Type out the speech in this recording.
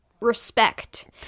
respect